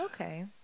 okay